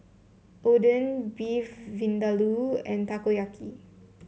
Oden Beef Vindaloo and Takoyaki